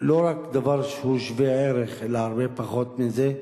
לא רק דבר שהוא שווה-ערך, אלא הרבה פחות מזה.